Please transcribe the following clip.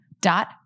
dot